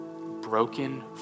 broken